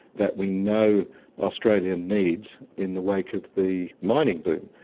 that we know australia needs in the wake of the mining boom?